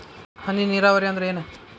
ಹನಿ ನೇರಾವರಿ ಅಂದ್ರ ಏನ್?